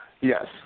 Yes